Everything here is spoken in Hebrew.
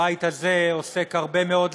הבית הזה עוסק הרבה מאוד,